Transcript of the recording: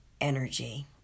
energy